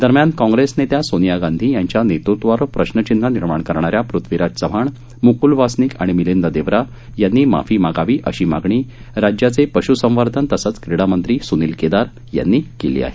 दरम्यान काँग्रेस नेत्या सोनिया गांधी यांच्या नेतृत्वावर प्रश्नचिन्ह निर्माण करणा या पृथ्वीराज चव्हाण म्कूल वासनिक आणि मिलिंद देवरा यांनी माफी मागावी अशी मागणी राज्याचे पश्संवर्धन तसंच क्रीडामंत्री सुनील केदार यांनी केली आहे